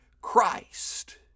Christ